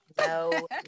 No